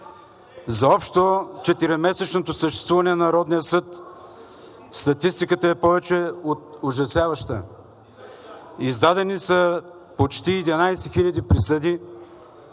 За общо четиримесечното съществуване на Народния съд статистиката е повече от ужасяваща. Издадени са почти 11 хиляди присъди,